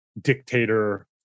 dictator